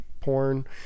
porn